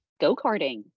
go-karting